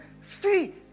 see